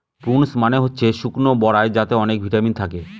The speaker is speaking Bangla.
প্রূনস মানে হচ্ছে শুকনো বরাই যাতে অনেক ভিটামিন থাকে